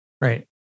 Right